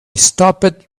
stopped